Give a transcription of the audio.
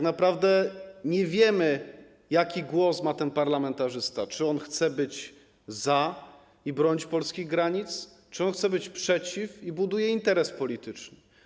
Nie wiemy, jaki głos ma ten parlamentarzysta, czy on chce być za i bronić polskich granic czy on chce być przeciw i buduje interes polityczny.